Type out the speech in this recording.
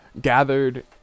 gathered